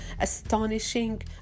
astonishing